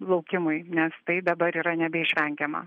laukimui nes tai dabar yra nebeišvengiama